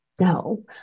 no